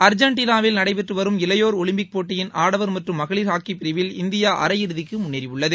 அர்ஜெண்டினாவில் நடைபெற்று வரும் இளையோர் ஒலிம்பிக் போட்டியின் ஆடவர் மற்றும் மகளிர் ஹாக்கிப் பிரிவில் இந்தியா அரை இறுதிக்கு முன்னேறியுள்ளது